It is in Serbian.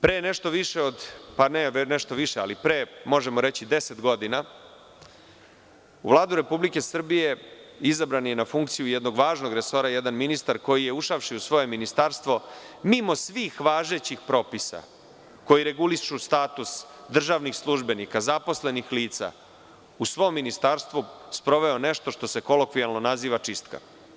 Pre nešto više, pa ne nešto više, ali pre možemo reći 10 godina, u Vladu Republike Srbije izabran je na funkciju jednog važnog resora jedan ministar koji je ušavši u svoje ministarstvo, mimo svih važećih propisa koji regulišu status državnih službenika, zaposlenih lica, u svom ministarstvu sproveo nešto što se kolokvijalno naziva „čistka“